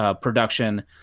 production